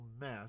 mess